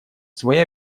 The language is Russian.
свои